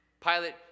Pilate